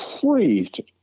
great